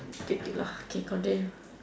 irritating lah K continue